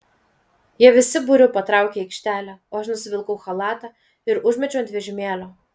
jie visu būriu patraukė į aikštelę o aš nusivilkau chalatą ir užmečiau ant vežimėlio